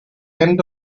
end